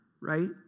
right